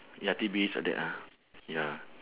ya tidbits like that ah ya